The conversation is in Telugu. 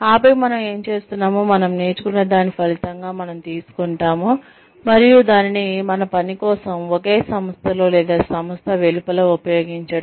ఆపై మనం ఏమి చేస్తున్నామో మనం నేర్చుకున్న దాని ఫలితంగా మనం తీసుకుంటాము మరియు దానిని మన పని కోసం ఒకే సంస్థలో లేదా సంస్థ వెలుపల ఉపయోగించడం